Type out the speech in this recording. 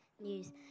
news